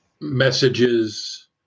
messages